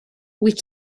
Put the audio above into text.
wyt